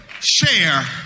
share